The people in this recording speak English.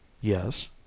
Yes